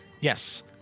Yes